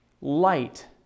light